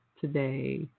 today